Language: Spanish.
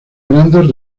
grandes